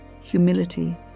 humility